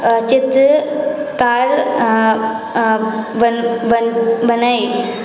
चित्रकार बनै